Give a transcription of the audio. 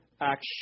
action